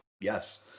yes